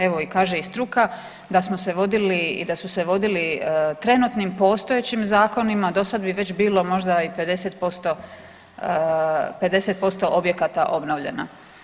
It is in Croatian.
Evo kaže i struka da smo se vodili i da su se vodili trenutnim postojećim zakonima do sada bi već bilo možda i 50% objekata obnovljeno.